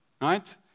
right